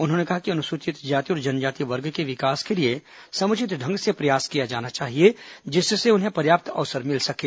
उन्होंने कहा कि अनुसूचित जाति और जनजाति वर्ग के विकास के लिए समुचित ढंग से प्रयास किया जाना चाहिए जिससे उन्हें पर्याप्त अवसर मिल सकें